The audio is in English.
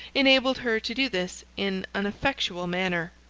enabled her to do this in an effectual manner.